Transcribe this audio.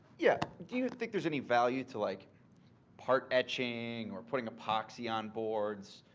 yeah, do you think there's any value to like part etching, or putting epoxy on boards.